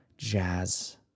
Jazz